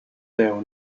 deu